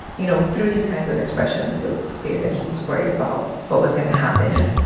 you know, through these kinds of expressions, it was clear that he was worried about what was going to happen